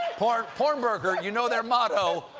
porn porn burger, you know their motto,